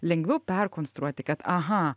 lengviau perkonstruoti kad aha